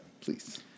please